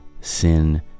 sin